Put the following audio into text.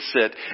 sit